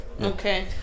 Okay